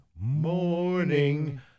morning